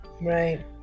Right